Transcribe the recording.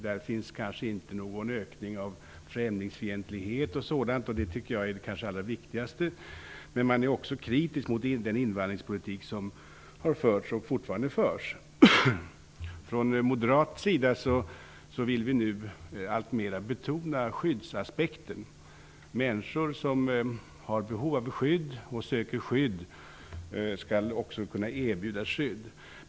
De visar kanske inte någon ökning av främlingsfientlighet och sådant, vilket nog är det allra viktigaste, men de visar att många är kritiska mot den invandringspolitik som har förts och fortfarande förs. Från moderat håll vill vi nu alltmer betona skyddsaspekten. Människor som har behov av skydd och som söker skydd skall också kunna erbjudas det.